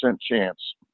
chance